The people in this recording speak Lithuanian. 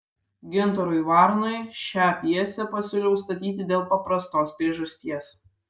gintarui varnui šią pjesę pasiūliau statyti dėl paprastos priežasties